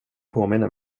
påminner